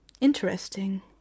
Interesting